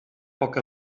poc